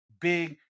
big